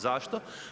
Zašto?